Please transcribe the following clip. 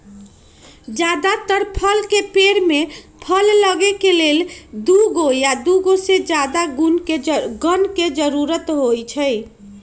जदातर फल के पेड़ में फल लगे के लेल दुगो या दुगो से जादा गण के जरूरत होई छई